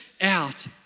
out